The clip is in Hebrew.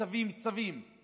צווים, צווים, צווים, צווים.